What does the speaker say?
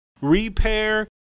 repair